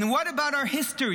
And what about our history?